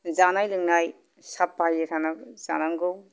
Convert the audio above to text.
जानाय लोंनाय साफायै थानांगौ जानांगौ